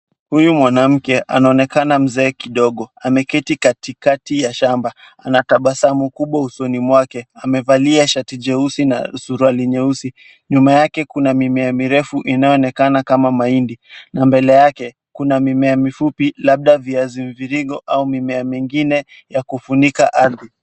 Huyu mwanamke anaonekana mzee kidogo ameketi katikati ya shamba. Anatabasamu kubwa usoni mwake, amevalia shati jeusi na suruali nyeusi. Nyuma yake kuna mimea mirefu inayoonekana kama mahindi na mbele yake kuna mimea mifupi labda viazi mviringo au mimea mingine ya kufunika ardhi.